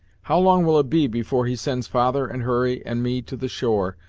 how long will it be before he sends father, and hurry, and me to the shore,